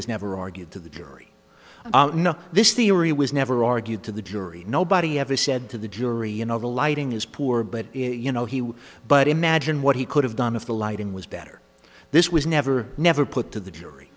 was never argued to the jury this theory was never argued to the jury nobody ever said to the jury you know the lighting is poor but it you know he would but imagine what he could have done if the lighting was better this was never never put to the jury